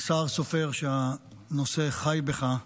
השר סופר, שהנושא חי בך,